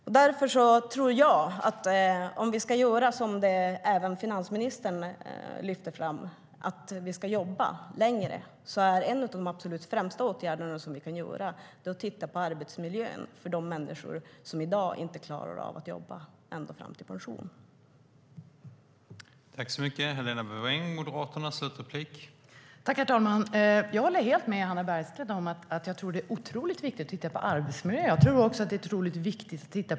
Därför tror jag att om vi ska göra som även finansministern lyfter fram, jobba längre, är en av de absolut främsta åtgärderna som vi kan vidta att se på arbetsmiljön för de människor som i dag inte klarar av att jobba ända fram till pensionsåldern.